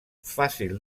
fàcil